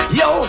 yo